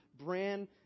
brand